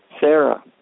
Sarah